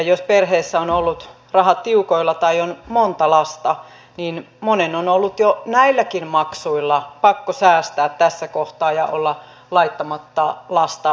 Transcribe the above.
jos perheessä ovat olleet rahat tiukoilla tai on monta lasta niin monen on ollut jo näilläkin maksuilla pakko säästää tässä kohtaa ja olla laittamatta lasta tuonne kerhoon